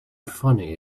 funny